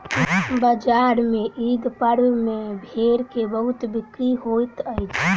बजार में ईद पर्व में भेड़ के बहुत बिक्री होइत अछि